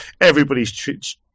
everybody's